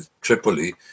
Tripoli